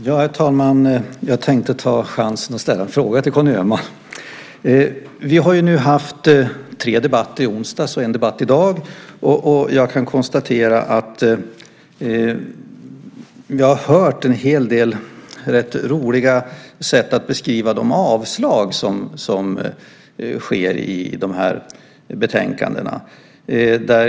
Herr talman! Jag tänkte ta chansen att ställa en fråga till Conny Öhman. Vi har ju nu haft tre debatter i onsdags och en debatt i dag, och jag kan konstatera att jag har hört en hel del rätt roliga sätt att beskriva de avslag som sker i de här betänkandena.